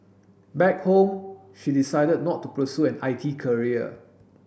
back home she decided not to pursue an I T career